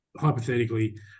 Hypothetically